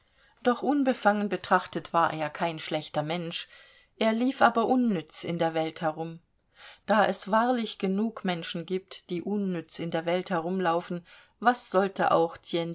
doch unbefangen betrachtet war er kein schlechter mensch er lief aber unnütz in der welt herum da es wahrlich genug menschen gibt die unnütz in der welt herumlaufen warum sollte auch